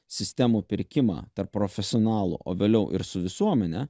sistemų pirkimą tarp profesionalų o vėliau ir su visuomene